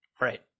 Right